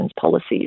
policies